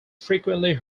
frequently